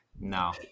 No